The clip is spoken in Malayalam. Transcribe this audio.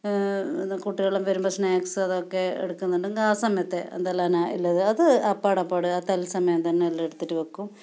കുട്ടികളെല്ലാം വരുമ്പോൾ സ്നാക്സ് അതൊക്കെ എടുക്കുന്നുണ്ട് എന്താണ് ആ സമയത്തെ എന്തെല്ലാമാണ് ഉള്ളത് അത് അപ്പടാപ്പാടെ തൽസമയം തന്നെ എടുത്തിട്ട് വയ്ക്കും